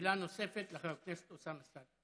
שאלה נוספת לחבר הכנסת אוסאמה סעדי.